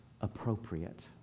appropriate